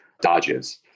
dodges